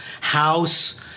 house